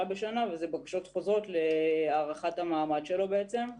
ואלה בקשות חוזרות להארכת המעמד שלו או